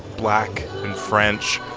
black and french.